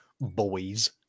boys